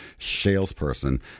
salesperson